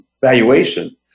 valuation